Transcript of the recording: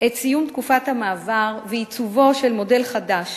את סיום תקופת המעבר ועיצובו של מודל חדש,